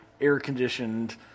air-conditioned